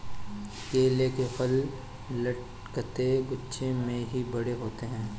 केले के फल लटकते गुच्छों में ही बड़े होते है